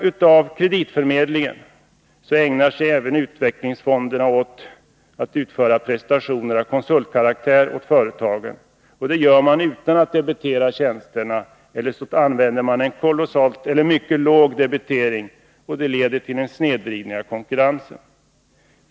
Utvecklingsfonderna utför vid sidan av sin kreditförmedling också prestationer av konsultkaraktär åt företagen utan att debitera tjänsterna eller med låg debitering, vilket leder till en snedvridning av konkurrensen.